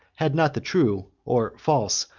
had not the true, or false,